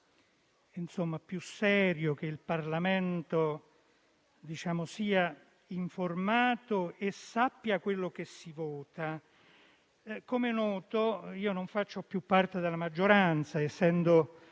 sia più serio che il Parlamento sia informato e sappia quello che vota. Come noto, non faccio più parte della maggioranza, essendo